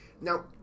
Now